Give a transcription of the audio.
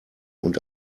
und